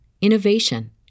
innovation